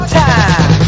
time